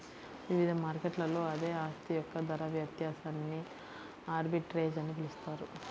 వివిధ మార్కెట్లలో అదే ఆస్తి యొక్క ధర వ్యత్యాసాన్ని ఆర్బిట్రేజ్ అని పిలుస్తారు